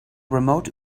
remote